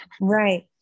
right